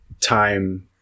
time